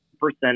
percent